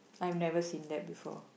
I've never seen them before